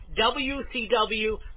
WCW